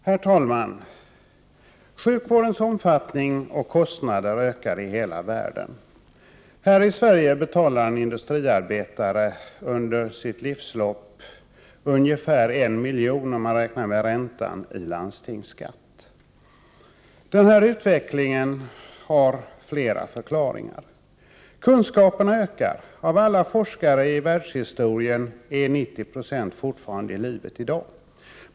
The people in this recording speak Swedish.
Herr talman! Sjukvårdens omfattning och kostnader ökar i hela världen. Häri Sverige betalar en industriarbetare under sitt livslopp ungefär 1 milj.kr. — om man räknar med räntan — i landstingsskatt. Denna utveckling har flera förklaringar. Kunskaperna ökar. Av alla forskare i världshistorien är 90 96 fortfarande i livet i dag.